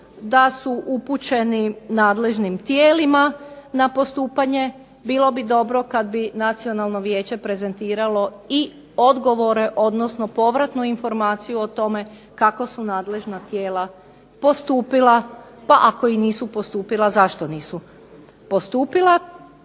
da su upućeni nadležnim tijelima na postupanje bilo bi dobro kad bi nacionalno vijeće prezentiralo i odgovore, odnosno povratnu informaciju o tome kako su nadležna tijela postupila, pa ako i nisu postupila zašto nisu postupila.